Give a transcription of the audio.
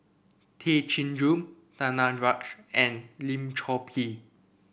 Tay Chin Joo Danaraj and Lim Chor Pee